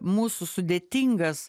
mūsų sudėtingas